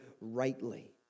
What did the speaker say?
rightly